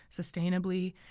sustainably